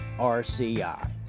RCI